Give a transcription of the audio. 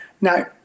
now